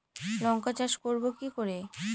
লঙ্কা চাষ করব কি করে?